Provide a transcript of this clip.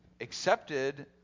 accepted